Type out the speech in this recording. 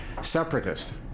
separatist